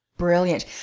Brilliant